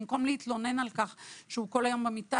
במקום להתלונן על כך שהוא כל היום במיטה,